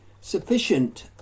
Sufficient